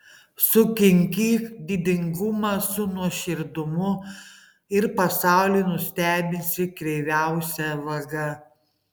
sukinkyk didingumą su nuoširdumu ir pasaulį nustebinsi kreiviausia vaga